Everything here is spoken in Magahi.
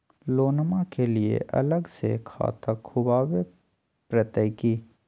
लोनमा के लिए अलग से खाता खुवाबे प्रतय की?